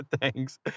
Thanks